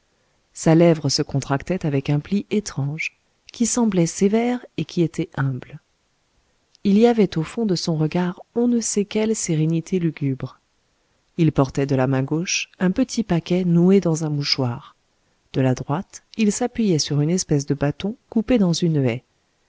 sa lèvre se contractait avec un pli étrange qui semblait sévère et qui était humble il y avait au fond de son regard on ne sait quelle sérénité lugubre il portait de la main gauche un petit paquet noué dans un mouchoir de la droite il s'appuyait sur une espèce de bâton coupé dans une haie